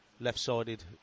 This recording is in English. Left-sided